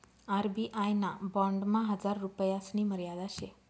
RBI ना बॉन्डमा हजार रुपयासनी मर्यादा शे